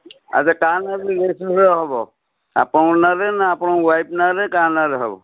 ଆଚ୍ଛା କାହା ନାଁରେ ହେବ ଆପଣଙ୍କ ନାଁରେ ନା ଆପଣଙ୍କ ୱାଇଫ୍ ନାଁରେ କାହା ନାଁରେ ହେବ